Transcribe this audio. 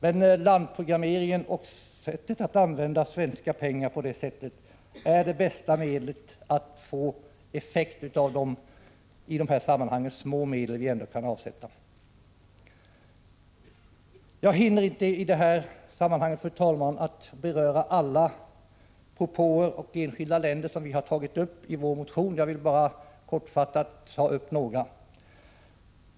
Men landprogrammeringen — det sättet att använda de svenska pengarna —- är det bästa medlet för att få effekt av de i detta sammanhang små medel som vi kan avsätta. Jag hinner inte, fru talman, beröra alla propåer och enskilda länder som vi tagit upp i vår motion. Jag vill bara kortfattat ta upp några.